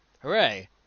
Hooray